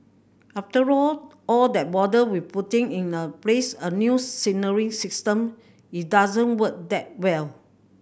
after all that bother with putting in the place a new signalling system it doesn't work that well